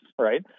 right